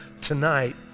tonight